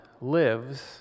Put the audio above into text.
lives